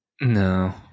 No